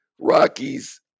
Rockies